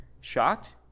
Shocked